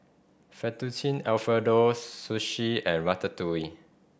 Fettuccine Alfredo Sushi and Ratatouille